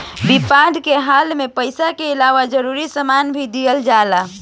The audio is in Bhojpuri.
विपद के हाल में पइसा के अलावे जरूरी सामान के भी दिहल जाला